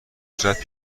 صورت